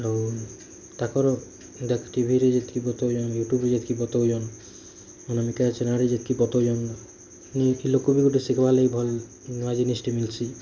ଆଉ ତାଙ୍କର ଟିଭିରେ ଯେତିକି ବତଉଛନ୍ତି ୟୁଟ୍ୟୁବ୍ରେ ଯେତିକି ବତଉଛନ୍ ଅନାମିକା ଚ୍ୟାନେଲ୍ରେ ଯେତିକି ବତଉଛନ୍ ନିତ୍ ଲୋକ ବି ଗୋଟେ ଶିଖିବାର୍ ଲାଗି ଭଲ୍ ନୂଆ ଜିନିଷ୍ଟେ ମିଲ୍ଛି